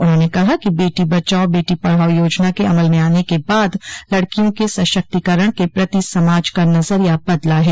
उन्होंने कहा कि बेटी बचाओ बेटी पढ़ाओ योजना के अमल में आने के बाद लड़कियों के सशक्तिकरण के प्रति समाज का नजरिया बदला है